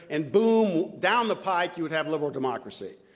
and, boom, down the pike you would have liberal democracy.